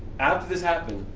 after this happened,